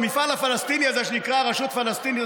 למפעל הפלסטיני הזה שנקרא רשות פלסטינית,